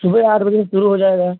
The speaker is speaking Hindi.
सुबह आठ बजे से शुरू हो जाएगा